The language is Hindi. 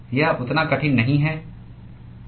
यह उतना कठिन नहीं है